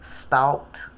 stalked